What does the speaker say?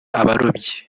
abarobyi